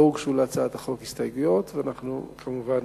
לא הוגשו להצעת החוק הסתייגויות, ואנחנו, כמובן,